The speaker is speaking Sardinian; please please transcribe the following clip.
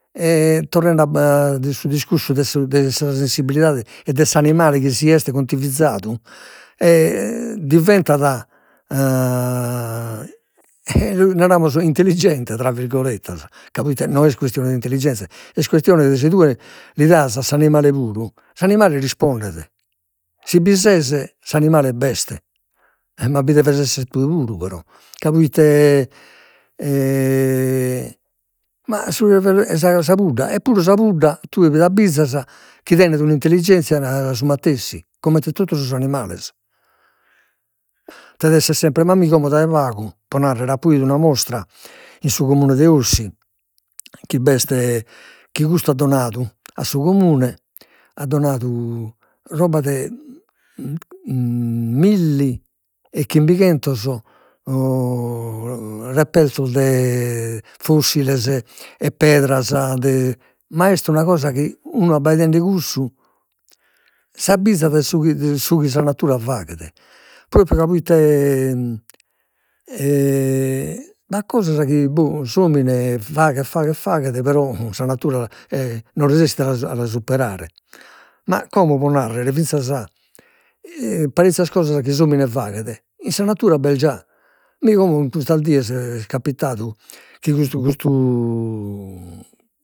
E torrende a de su discursu de sa sensibilidade e de s'animale chi si est contivizadu e diventat naramos intelligente, tra virgolettas, ca proite no est chistione de intelligenza, est questione chi si tue li das a s'animale puru, s'animale rispondet, si bi ses s'animale b'est, e ma bi deves esser puru tue puru però, ca proite ma su sa pudda, eppuru sa pudda tue tinde abbizas chi tenet un'intelligenzia su matessi, comente totu sos animales, ded'esser ma mi, como dai pagu pro narrere apo 'idu una mostra in su comune de Ossi chi b'est chi custu at donadu a su comune, at donadu roba de milli e chimbighentos repertos de fossiles e pedras de, ma est una cosa chi unu abbaidende cussu s'abizzat de su chi su chi sa natura faghet propriu ca proite b'at cosas chi boh s'omine faghet faghet faghet però sa natura, e non resessit a la superare. Ma como, pro narrer, parizzas cosas chi s'omine faghet in sa natura b'est già, mi, como, in custas dies est capitadu chi custu custu